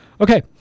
Okay